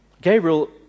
Gabriel